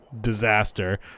disaster